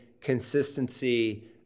consistency